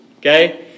Okay